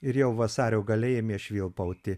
ir jau vasario gale ėmė švilpauti